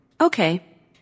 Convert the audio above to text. Okay